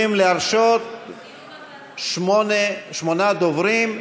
אנחנו יכולים להרשות שמונה דוברים,